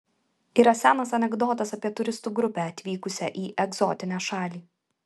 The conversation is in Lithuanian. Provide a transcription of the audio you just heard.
yra senas anekdotas apie turistų grupę atvykusią į egzotinę šalį